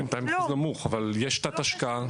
בינתיים באחוז נמוך, אבל יש תת-השקעה.